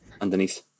underneath